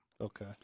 Okay